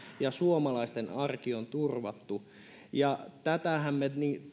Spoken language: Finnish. ja suomalaisten arki on turvattu tätähän me